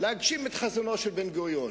להגשים את חזונו של בן-גוריון?